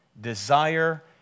desire